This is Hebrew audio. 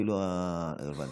אפילו הרלוונטיות.